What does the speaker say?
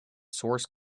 source